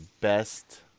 best